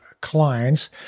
clients